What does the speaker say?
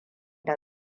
da